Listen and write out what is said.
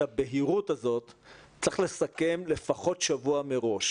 את הבהירות הזאת צריך לסכם לפחות שבוע מראש.